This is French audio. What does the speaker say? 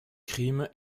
crime